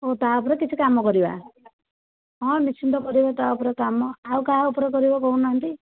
ଓଃ ତା ଉପରେ କିଛି କାମ କରିବା ହଁ ନିଶ୍ଚିନ୍ତ କରିବା ତା ଉପରେ କାମ ଆଉ କାହା ଉପରେ କରିବା କହୁନାହାନ୍ତି